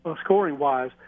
scoring-wise